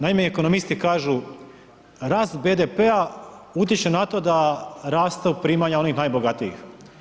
Naime, ekonomisti kažu, rast BDP-a utječe na to da rastu primanja onih najbogatijih.